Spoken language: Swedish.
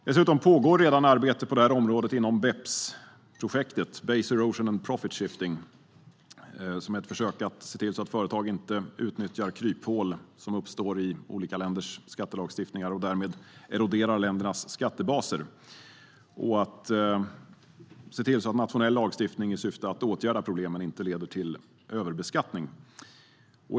Dessutom pågår redan arbete på detta område inom BEPS-projektet, base erosion and profit shifting, som är ett försök att se till att företag inte utnyttjar kryphål som uppstår i olika länders skattelagstiftningar och därmed eroderar ländernas skattebaser samt att se till att nationell lagstiftning i syfte att åtgärda problemen inte leder till överbeskattning.